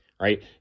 right